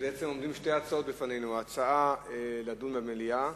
בעצם עומדות שתי הצעות בפנינו: הצעה לדון במליאה,